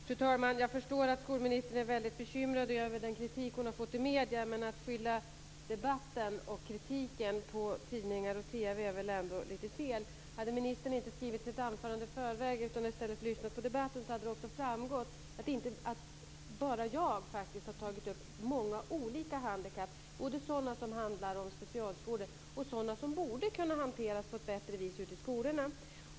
Fru talman! Jag förstår att skolministern är väldigt bekymrad över den kritik hon har fått i medierna, men att skylla debatten och kritiken på tidningar och TV är väl ändå lite fel. Hade ministern inte skrivit sitt anförande i förväg utan i stället lyssnat på debatten så hade det också framgått att inte bara jag, faktiskt, har tagit upp många olika handikapp, både sådana som handlar om specialskolor och sådana som borde kunna hanteras på ett bättre sätt ute i skolorna.